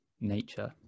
nature